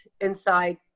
inside